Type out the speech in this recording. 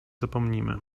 zapomnimy